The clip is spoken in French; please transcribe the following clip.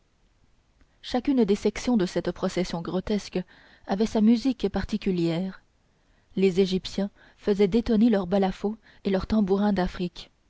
chacune des sections de cette procession grotesque avait sa musique particulière les égyptiens faisaient détonner leurs balafos et leurs tambourins d'afrique